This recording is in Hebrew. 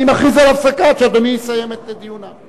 אני מכריז על הפסקה עד שאדוני יסיים את דיוניו.